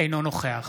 אינו נוכח